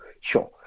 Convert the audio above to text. sure